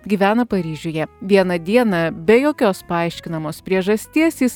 gyvena paryžiuje vieną dieną be jokios paaiškinamos priežasties jis